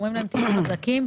ואומרים להם: תהיו חזקים,